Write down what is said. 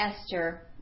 Esther